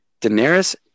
Daenerys